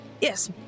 yes